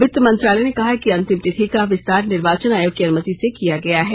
वित्त मंत्रालय ने कहा है कि अंतिम तिथि का विस्तार निर्वाचन आयोग की अनुमति से किया गया है